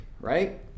right